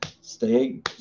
stay